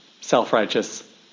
self-righteous